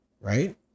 Right